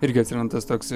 irgi atsiranda tas toks